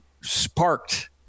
sparked